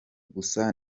gusa